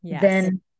then-